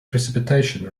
precipitation